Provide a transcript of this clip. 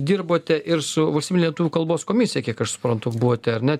dirbote ir su valstybine lietuvių kalbos komisija kiek aš suprantu buvote ar ne